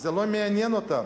זה לא מעניין אותם.